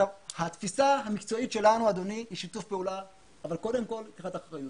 התפיסה המקצועית שלנו היא שיתוף פעולה אבל קודם כל לקיחת אחריות.